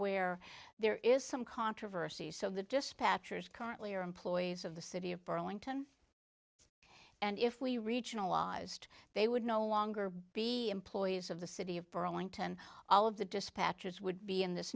where there is some controversy so the dispatcher's currently are employees of the city of burlington and if we reach a lobbyist they would no longer be employees of the city of burlington all of the dispatchers would be in this